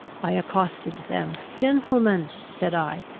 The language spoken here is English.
i accosted them gentlemen, said i,